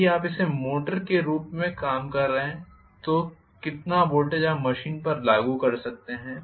यदि आप इसे मोटर के रूप में काम कर रहे हैं तो कितना वोल्टेज आप मशीन पर लागू कर सकते हैं